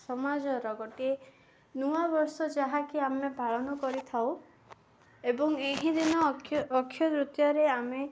ସମାଜର ଗୋଟିଏ ନୂଆ ବର୍ଷ ଯାହାକି ଆମେ ପାଳନ କରିଥାଉ ଏବଂ ଏହିଦିନ ଅକ୍ଷ ଅକ୍ଷୟ ନୃତୀୟରେ ଆମେ